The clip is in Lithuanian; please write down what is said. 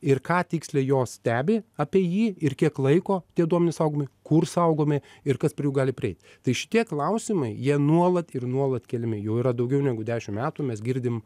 ir ką tiksliai jos stebi apie jį ir kiek laiko tie duomenys saugomi kur saugomi ir kas prie jų gali prieit tai šitie klausimai jie nuolat ir nuolat keliami jau yra daugiau negu dešim metų mes girdim